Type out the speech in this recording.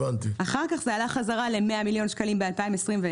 אחר כך זה עלה חזרה ל-100 מיליון ₪, ב-2021,